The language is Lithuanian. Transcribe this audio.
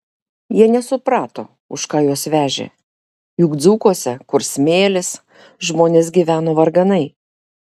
jie nesuprato už ką juos vežė juk dzūkuose kur smėlis žmonės gyveno varganai